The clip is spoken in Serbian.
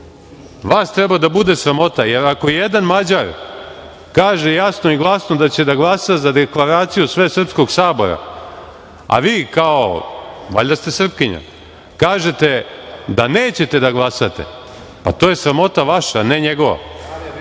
Vas treba da bude sramota, jer ako jedan Mađar, kaže jasno i glasno da će da glasa za deklaraciju Svesrpskog sabora, a vi kao, valjda ste Srpkinja, kažete da nećete da glasate, to je sramota vaša, a ne njegova.